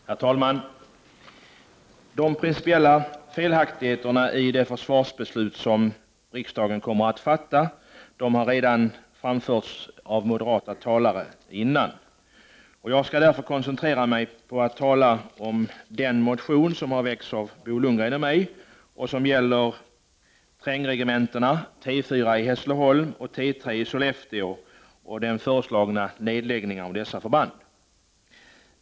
Herr talman! De principiella felaktigheterna i det försvarsbeslut som riksdagen kommer att fatta har redan framförts av moderata talare. Jag skall därför koncentera mig på att tala om den motion som väckts av Bo Lundgren och mig och som gäller trängregementena T 4 i Hässleholm och T3 i Sollefteå och den föreslagna nedläggningen av dessa förband.